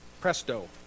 Presto